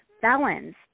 felons